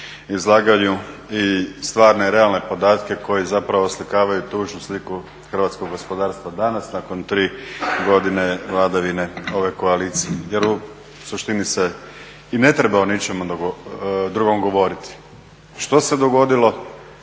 izlaganju i stvarne realne podatke koji zapravo oslikavaju tužnu sliku hrvatskog gospodarstva danas nakon 3 godine vladavine ove koalicije. Jer u suštini se i ne treba o ničemu drugom govoriti. Što se dogodilo?